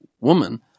woman